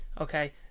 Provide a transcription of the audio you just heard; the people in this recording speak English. okay